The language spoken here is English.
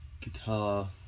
guitar